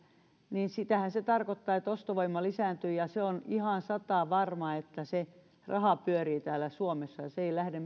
niin sehän tarkoittaa että ostovoima lisääntyy ja on ihan satavarma että se raha pyörii täällä suomessa eikä lähde